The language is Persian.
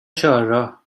چهارراه